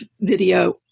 video